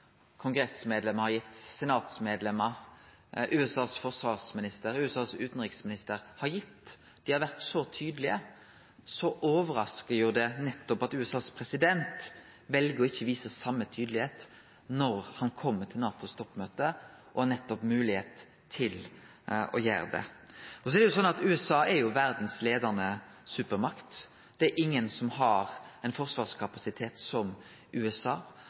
USAs forsvarsminister og USAs utanriksminister har gitt – dei har vore så tydelege – overraskar det at USAs president vel å ikkje vise same tydelegheit når han kjem til NATOs toppmøte og har moglegheit til å gjere det. USA er verdas leiande supermakt. Det er ingen som har ein forsvarskapasitet som USA.